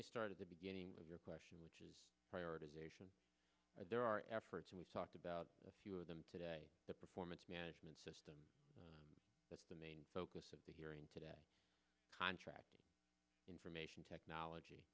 me start at the beginning of your question which is prioritization there are efforts and we talked about a few of them today the performance management system that's been the focus of the hearing today contract information technology